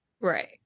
Right